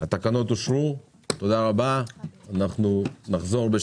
הצבעה אושר התקנות אושרו.